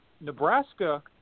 Nebraska